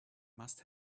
must